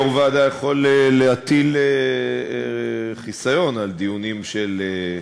יושב-ראש ועדה יכול להטיל חיסיון על דיונים של,